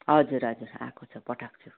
हजुर हजुर आएको छ पठाएको छु